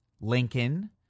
Lincoln